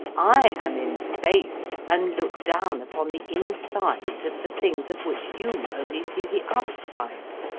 i am in space, and look down upon the insides of the things of which you only see the outsides.